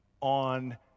on